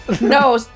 No